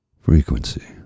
frequency